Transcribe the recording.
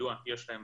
שכידוע יש להם